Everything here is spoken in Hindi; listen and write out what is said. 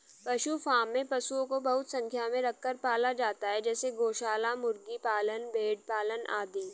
पशु फॉर्म में पशुओं को बहुत संख्या में रखकर पाला जाता है जैसे गौशाला, मुर्गी पालन, भेड़ पालन आदि